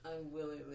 unwillingly